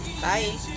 Bye